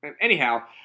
Anyhow